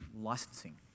licensing